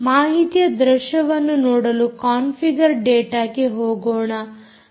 ಮಾಹಿತಿಯ ದೃಶ್ಯವನ್ನು ನೋಡಲು ಕಾನ್ಫಿಗರ್ ಡಾಟಾ ಕ್ಕೆ ಹೋಗೋಣ